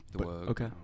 Okay